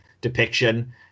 depiction